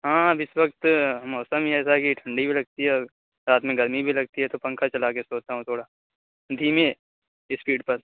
ہاں ہاں اِس وقت موسم ہی ایسا ہے ٹھنڈی بھی لگتی ہے اور رات میں گرمی بھی لگتی ہے تو پنکھا چلا کے سوتا ہوں تھوڑا دھیمے اسپیڈ پر